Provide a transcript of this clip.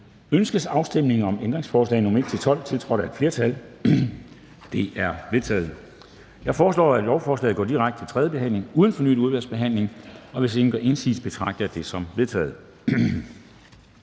Ønskes afstemning om ændringsforslag nr. 1, tiltrådt af udvalget? Det er vedtaget. Jeg foreslår, at lovforslaget går direkte til tredje behandling uden fornyet udvalgsbehandling. Hvis ingen gør indsigelse, betragter jeg det som vedtaget.